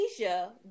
Asia